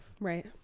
Right